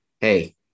Hey